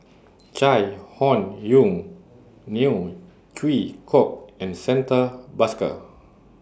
Chai Hon Yoong Neo Chwee Kok and Santha Bhaskar